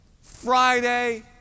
Friday